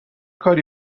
کاری